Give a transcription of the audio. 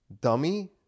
dummy